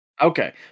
Okay